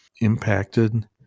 impacted